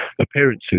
appearances